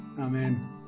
Amen